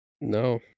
No